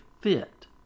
fit